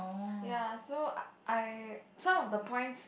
ya so I some of the points